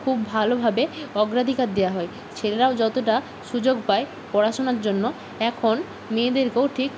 খুব ভালোভাবে অগ্রাধিকার দেওয়া হয় ছেলেরাও যতটা সুযোগ পায় পড়াশোনার জন্য এখন মেয়েদেরকেও ঠিক